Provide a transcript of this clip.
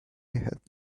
had